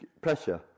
pressure